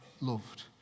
loved